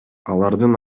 алардын